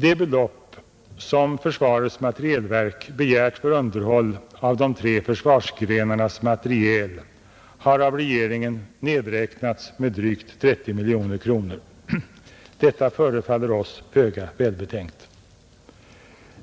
Det belopp som försvarets materielverk begärt för underhåll av de tre försvarsgrenarnas materiel har av regeringen nedräknats med drygt 30 miljoner kronor. Detta förefaller oss föga välbetänkt.